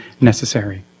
necessary